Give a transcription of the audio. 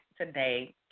today